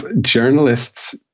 journalists